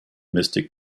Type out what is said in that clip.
mystic